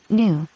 new